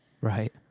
Right